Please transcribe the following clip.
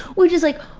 which is like,